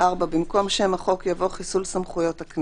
3. במקום שם החוק, יבוא: אין הסכמה לחוק ההסמכה.